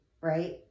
right